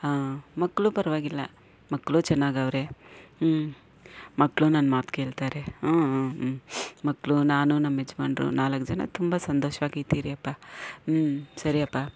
ಹಾಂ ಮಕ್ಳು ಪರವಾಗಿಲ್ಲ ಮಕ್ಳೂ ಚೆನ್ನಾಗವ್ರೆ ಹ್ಞೂ ಮಕ್ಳು ನನ್ನ ಮಾತು ಕೇಳ್ತಾರೆ ಹಾಂ ಹಾಂ ಹ್ಞೂ ಮಕ್ಳು ನಾನು ನಮ್ಮ ಯಜಮಾನ್ರು ನಾಲ್ಕು ಜನ ತುಂಬ ಸಂತೋಷವಾಗಿದ್ದೀರಿಪ್ಪ ಹ್ಞೂ ಸರಿ ಅಪ್ಪ